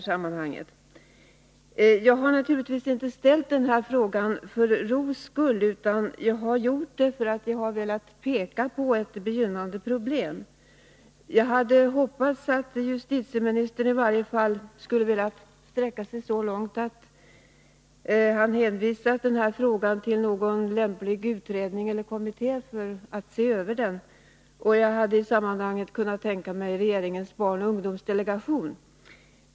Jag har naturligtvis inte ställt den här frågan för ro skull utan gjort det för att jag velat peka på ett begynnande problem. Jag hade hoppats att justitieministern i varje fall skulle ha velat sträcka sig så långt att han hänvisat frågan till någon lämplig utredning eller kommitté för att se över den; jag hade själv kunnat tänka mig regeringens barnoch ungdomsdelegation.